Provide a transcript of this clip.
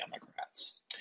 democrats